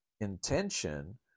intention